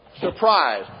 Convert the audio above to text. Surprise